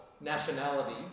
nationality